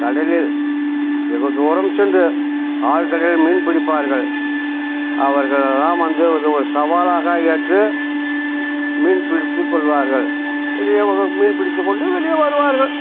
கடலில் வெகுதூரம் சென்று ஆழ்கடலில் மீன் பிடிப்பார்கள் அவர்களெல்லாம் வந்து இது ஒரு சவாலாக ஏற்று மீன் பிடித்துக்கொள்வார்கள் பெரிய வகை மீன் பிடித்துக்கொண்டு வெளியே வருவார்கள்